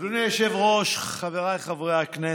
אדוני היושב-ראש, חבריי חברי הכנסת,